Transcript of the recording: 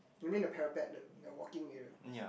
you mean the parapet the that walking area